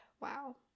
wow